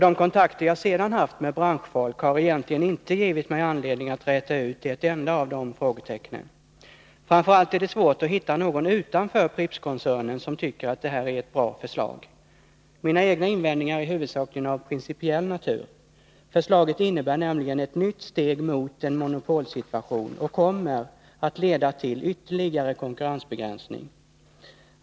De kontakter jag sedan haft med branschfolk har inte givit mig anledning att räta ut ett enda av de frågetecknen. Det är framför allt svårt att hitta någon utanför Prippskoncernen som tycker att det här är ett bra förslag. Mina egna invändningar är i huvudsak av principiell natur. Förslaget innebär nämligen ett nytt steg mot en monopolsituation och kommer att leda till ytterligare konkurrensbegränsning.